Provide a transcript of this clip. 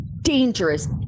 dangerous